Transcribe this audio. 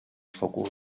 focus